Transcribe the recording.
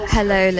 Hello